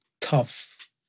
tough